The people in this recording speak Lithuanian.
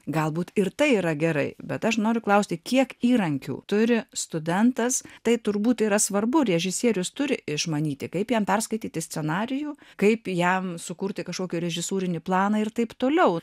galbūt ir tai yra gerai bet aš noriu klausti kiek įrankių turi studentas tai turbūt yra svarbu režisierius turi išmanyti kaip jam perskaityti scenarijų kaip jam sukurti kažkokį režisūrinį planą ir taip toliau